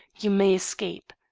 you may escape.